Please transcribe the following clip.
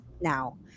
now